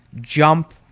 jump